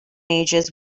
ages